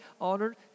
honored